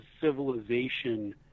civilization